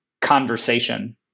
conversation